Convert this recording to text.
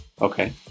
Okay